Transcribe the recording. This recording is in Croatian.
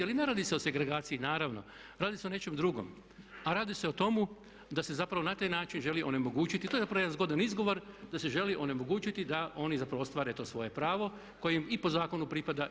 Ali ne radi se o segregaciji naravno, radi se o nečem drugom, a radi se o tomu da se zapravo na taj način želi onemogućiti, to je zapravo jedan zgodan izgovor da se želi onemogući da oni zapravo ostvare to svoje pravo koje im i po zakonu pripada.